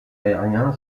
aérien